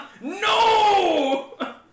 No